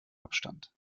abstand